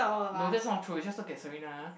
no that's not true you just look at Serena